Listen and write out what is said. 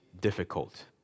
difficult